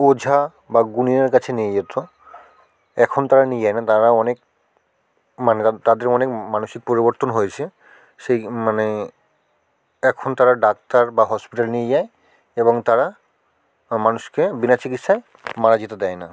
ওঝা বা গুণিনের কাছে নিয়ে যেত এখন তারা নিয়ে যায় না তারা অনেক মানে তাদের তাদের অনেক মানসিক পরিবর্তন হয়েছে সেই মানে এখন তারা ডাক্তার বা হসপিটাল নিয়ে যায় এবং তারা মানুষকে বিনা চিকিৎসায় মারা যেতে দেয় না